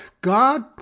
God